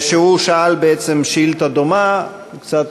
הוא שאל בעצם שאילתה דומה, וקצת